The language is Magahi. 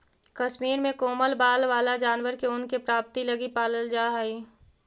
कश्मीर में कोमल बाल वाला जानवर के ऊन के प्राप्ति लगी पालल जा हइ